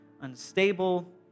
unstable